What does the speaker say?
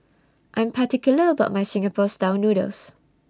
I Am particular about My Singapore Style Noodles